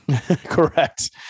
correct